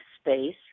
space